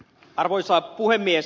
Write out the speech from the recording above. arvoisa puhemies